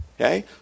Okay